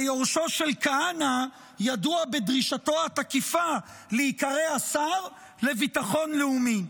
ויורשו של כהנא ידוע בדרישתו התקיפה להיקרא השר לביטחון לאומי.